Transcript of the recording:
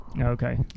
Okay